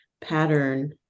pattern